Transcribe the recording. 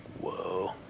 Whoa